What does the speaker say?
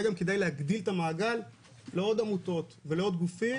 גם כדאי להגדיל את המעגל לעוד עמותות ולעוד גופים